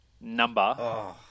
Number